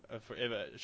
forever